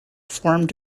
formed